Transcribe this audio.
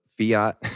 Fiat